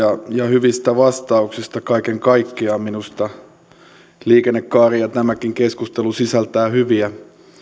hyvistä vastauksista kaiken kaikkiaan minusta liikennekaari ja tämäkin keskustelu sisältää hyviä